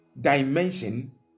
dimension